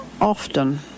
often